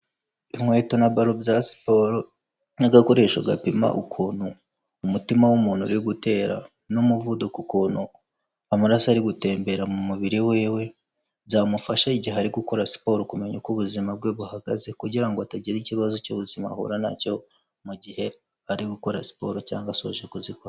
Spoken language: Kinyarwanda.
Inkweto na baro bya siporo n'agakoresho gapima ukuntu umutima w'umuntu uri gutera, n'umuvuduko ukuntu amaraso ari gutembera mu mubiri w'iwe byamufasha igihe ari gukora siporo kumenya uko ubuzima bwe buhagaze kugira ngo atagira ikibazo cy'ubuzima ahura na cyo mugihe ari gukora siporo cyangwa asoje kuzikora.